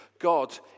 God